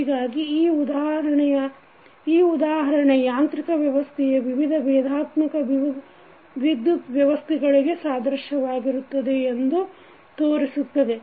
ಹೀಗಾಗಿ ಈ ಉದಾಹರಣೆ ಯಾಂತ್ರಿಕ ವ್ಯವಸ್ಥೆಯ ವಿವಿಧ ಬೇಧಾತ್ಮಕ ವಿದ್ಯುತ್ ವ್ಯವಸ್ಥೆಗಳಿಗೆ ಸಾದೃಶ್ಯವಾಗಿರುತ್ತವೆ ಎಂದು ತೋರಿಸುತ್ತವೆ